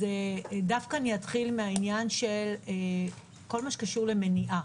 אתחיל מהעניין של כל מה שקשור למניעה.